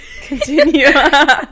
continue